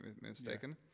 mistaken